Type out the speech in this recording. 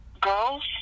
girls